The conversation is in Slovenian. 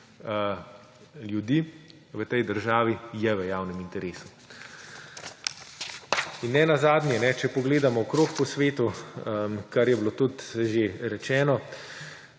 ljudi v tej državi je v javnem interesu. Nenazadnje, če pogledamo okoli po svetu, kar je bilo tudi že rečeno,